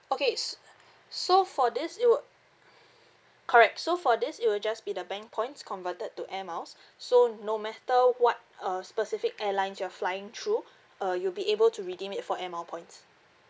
okay s~ so for this it would correct so for this it will just be the bank points converted to Air Miles so no matter what uh specific airlines you are flying through uh you'll be able to redeem it for Air Miles points